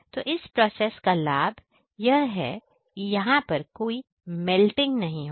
तो इस प्रोसेस का लाभ यह है कि यहां पर कोई मेल्टिंग नहीं होता